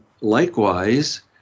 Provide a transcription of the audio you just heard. likewise